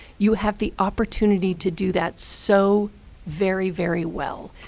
you have the opportunity to do that so very, very well,